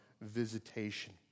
visitation